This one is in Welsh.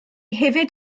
hefyd